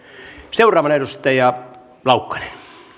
seuraavana edustaja laukkanen